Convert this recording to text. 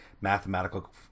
mathematical